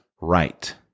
right